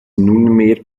nunmehr